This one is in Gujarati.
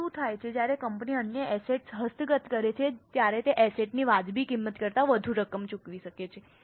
હવે શું થાય છે જ્યારે કંપની અન્ય એસેટ્સ હસ્તગત કરે છે ત્યારે તે તે એસેટ ની વાજબી કિંમત કરતાં વધુ રકમ ચૂકવી શકે છે